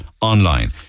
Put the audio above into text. online